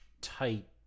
tight